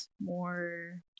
more